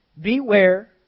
Beware